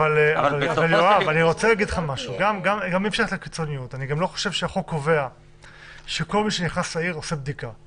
אבל החוק לא קובע שכל מי שנכנס לעיר, עושה בדיקה.